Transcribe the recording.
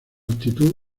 actividad